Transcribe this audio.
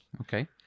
Okay